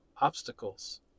obstacles